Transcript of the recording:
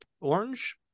Orange